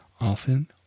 often